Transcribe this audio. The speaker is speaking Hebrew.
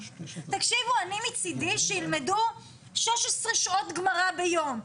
תקשיבו אני מצידי שילמדו 16 שעות גמרא ביום,